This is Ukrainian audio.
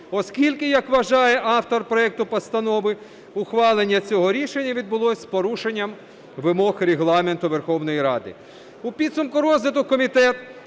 Оскільки, як вважає автор проекту Постанови, ухвалення цього рішення відбулось з порушенням вимог Регламенту Верховної Ради.